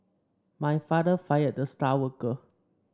my father fired the star worker